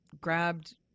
grabbed